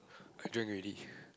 I drink already